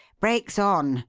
brakes on!